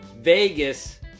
Vegas